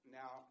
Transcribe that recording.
now